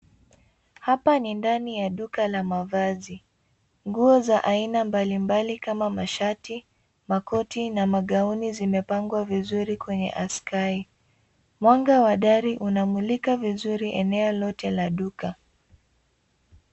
Hapa ni ndani ya duka la mavazi. Nguo za aina mbalimbali kama mashati, makoti, na magauni zimepangwa vizuri kwenye askai. Mwanga wa dari unamulika vizuri eneo lote la duka.